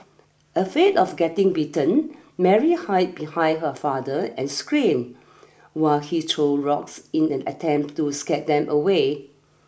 afraid of getting bitten Mary hide behind her father and scream while he throw rocks in an attempt to scare them away